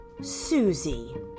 Susie